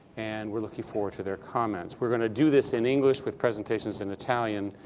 and we're looking forward to their comments. we're going to do this in english with presentations in italian.